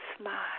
smile